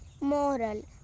Moral